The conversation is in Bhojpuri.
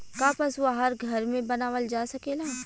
का पशु आहार घर में बनावल जा सकेला?